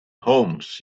homes